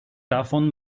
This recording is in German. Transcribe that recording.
davon